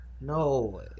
No